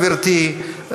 גברתי,